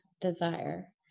desire